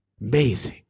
Amazing